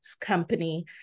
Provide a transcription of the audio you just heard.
company